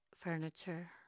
Furniture